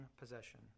possession